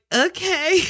okay